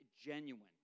genuine